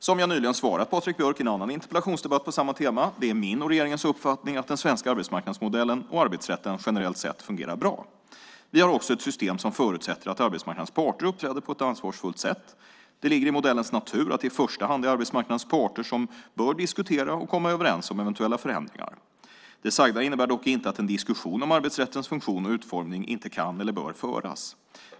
Som jag nyligen svarat Patrik Björck i en annan interpellationsdebatt på samma tema: Det är min och regeringens uppfattning att den svenska arbetsmarknadsmodellen och arbetsrätten generellt sett fungerar bra. Vi har också ett system som förutsätter att arbetsmarknadens parter uppträder på ett ansvarsfullt sätt. Det ligger i modellens natur att det i första hand är arbetsmarknadens parter som bör diskutera och komma överens om eventuella förändringar. Det sagda innebär dock inte att en diskussion om arbetsrättens funktion och utformning inte kan eller bör föras.